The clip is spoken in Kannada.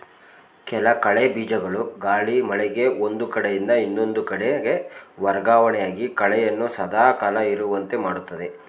ಕೆಲ ಕಳೆ ಬೀಜಗಳು ಗಾಳಿ, ಮಳೆಗೆ ಒಂದು ಕಡೆಯಿಂದ ಇನ್ನೊಂದು ಕಡೆಗೆ ವರ್ಗವಣೆಯಾಗಿ ಕಳೆಯನ್ನು ಸದಾ ಕಾಲ ಇರುವಂತೆ ಮಾಡುತ್ತದೆ